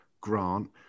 Grant